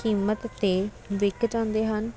ਕੀਮਤ 'ਤੇ ਵਿੱਕ ਜਾਂਦੇ ਹਨ